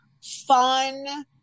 fun